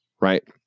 Right